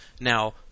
Now